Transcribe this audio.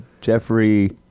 Jeffrey